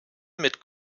mit